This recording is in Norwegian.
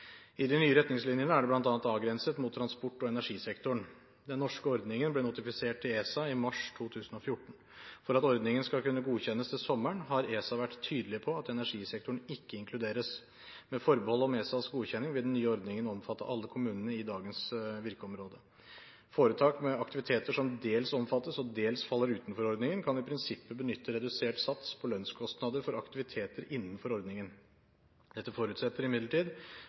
I de nye retningslinjene er det bl.a. avgrenset mot transport- og energisektoren. Den norske ordningen ble notifisert til ESA i mars 2014. For at ordningen skal kunne godkjennes til sommeren, har ESA vært tydelig på at energisektoren ikke inkluderes. Med forbehold om ESAs godkjenning vil den nye ordningen omfatte alle kommunene i dagens virkeområde. Foretak med aktiviteter som dels omfattes og dels faller utenfor ordningen kan i prinsippet benytte redusert sats på lønnskostnader for aktiviteter innenfor ordningen. Dette forutsetter imidlertid